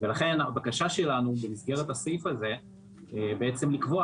לכן הבקשה שלנו במסגרת הסעיף הזה היא לקבוע